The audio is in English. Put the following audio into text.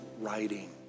writing